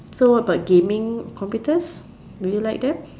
so what about gaming computers do you like them